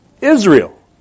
Israel